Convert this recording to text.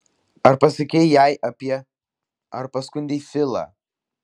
ar pasakei jai apie ar paskundei filą